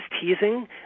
teasing